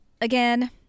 Again